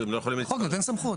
בסדר.